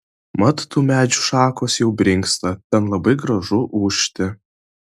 mat tų medžių šakos jau brinksta ten labai gražu ūžti